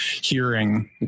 hearing